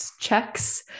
checks